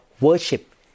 worship